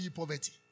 poverty